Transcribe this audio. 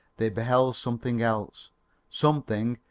they beheld something else something,